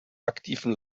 aktiven